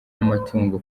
n’amatungo